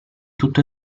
tutto